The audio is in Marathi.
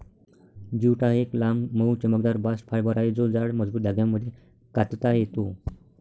ज्यूट हा एक लांब, मऊ, चमकदार बास्ट फायबर आहे जो जाड, मजबूत धाग्यांमध्ये कातता येतो